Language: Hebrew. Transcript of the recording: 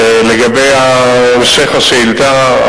לגבי המשך השאילתא,